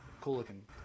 cool-looking